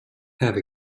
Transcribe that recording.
have